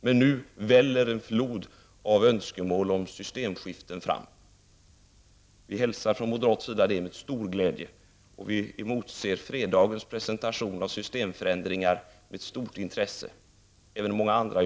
Men nu väller en flod av önskemål om systemskiften fram. Vi hälsar det från moderat sida med stor glädje och emotser fredagens presentation av systemförändringar med stort intresse, och det gör även många andra.